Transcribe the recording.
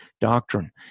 doctrine